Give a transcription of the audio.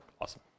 awesome